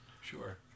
Sure